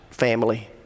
family